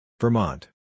Vermont